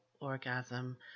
orgasm